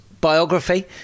biography